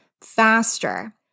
faster